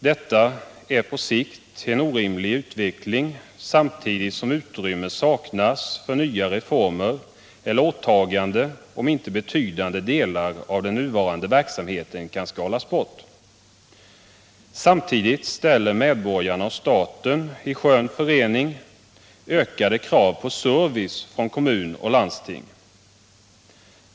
Detta är på sikt en orimlig utveckling, samtidigt som utrymme saknas för nya reformer eller åtaganden, om inte betydande delar av den nuvarande verksamheten kan skalas bort. Samtidigt ställer medborgarna och staten i skön förening ökade krav på service från kommun och landsting.